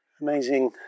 amazing